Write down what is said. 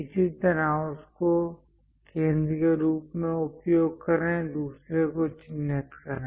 इसी तरह उसको केंद्र के रूप में उपयोग करें दूसरे को चिह्नित करें